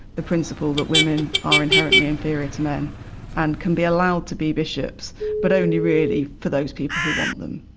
the principle that women are inherently inferior to men and can be allowed to be bishops but only really for those people who want them.